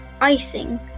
icing